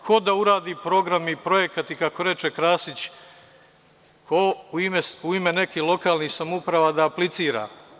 Ko da uradi program i projekat i kako reče Krasić - ko u ime nekih lokalnih samouprava da aplicira?